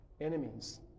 enemies